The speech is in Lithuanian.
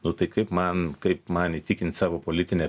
nu tai kaip man kaip man įtikint savo politinę